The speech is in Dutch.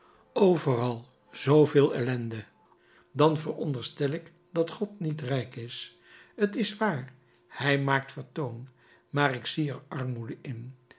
overal zooveel ellende dan veronderstel ik dat god niet rijk is t is waar hij maakt vertoon maar ik zie er armoede in